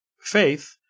Faith